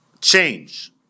change